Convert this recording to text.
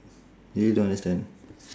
really don't understand